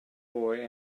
boy